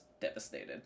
devastated